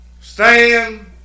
Stand